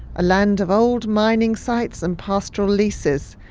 a land of old mining sites and pastoral leases,